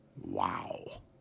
Wow